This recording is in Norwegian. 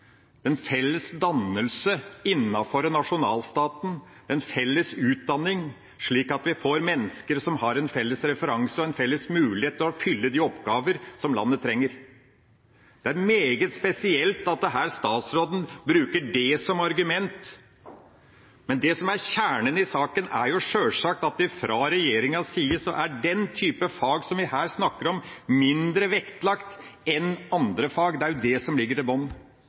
en felles dannelse innenfor nasjonalstaten, en felles utdanning, slik at vi får mennesker som har en felles referanse, og en felles mulighet til å fylle de oppgaver som landet trenger. Det er meget spesielt at statsråden her bruker det som argument. Men det som er kjernen i saken, er sjølsagt at fra regjeringas side er den type fag som vi her snakker om, mindre vektlagt enn andre fag. Det er jo det som ligger